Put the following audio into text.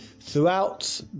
Throughout